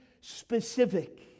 specific